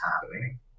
happening